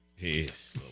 Peace